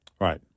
Right